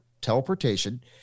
teleportation